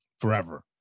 forever